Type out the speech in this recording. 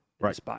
Right